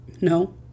No